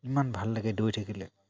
ইমান ভাল লাগে দৌৰি থাকিলে